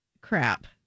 Crap